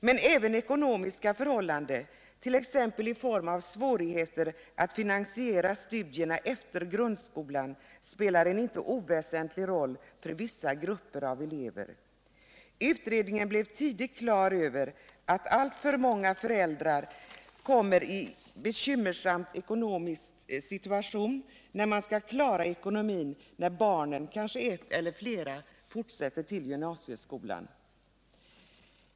Men även ekonomiska förhållanden, t.ex. i form av svårigheter att finansiera studierna efter grundskolan, spelar en icke oväsentlig roll för vissa grupper av elever. Utredningen blev tidigt på det klara med att alltför många föräldrar kommer i en bekymmersam ekonomisk situation när de skall försöka klara ekonomin då deras barn — ett eller kanske flera — fortsätter till gymnasieskolan.